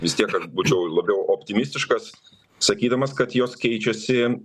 vis tiek aš būčiau labiau optimistiškas sakydamas kad jos keičiasi